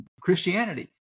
Christianity